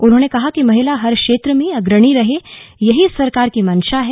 उन्होंने कहा कि महिला हर क्षेत्र में अग्रणी रहे यही सरकार की मंशा है